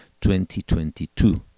2022